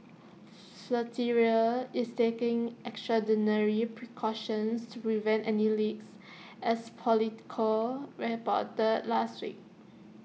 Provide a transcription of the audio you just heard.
flatiron is taking extraordinary precautions to prevent any leaks as Politico reported last week